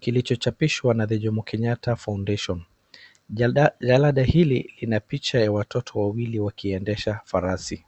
kilichochapishwa na The Jomo Kenyatta foundation. Jarada hili lina picha ya watoto wawili wakiendesha farasi.